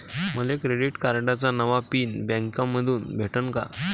मले क्रेडिट कार्डाचा नवा पिन बँकेमंधून भेटन का?